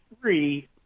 three